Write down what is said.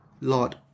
Lord